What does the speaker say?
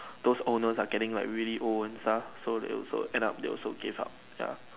those owners are getting like really old and stuff so they also end up they also give up ya